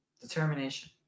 Determination